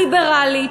הליברלית,